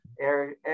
air